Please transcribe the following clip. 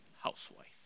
housewife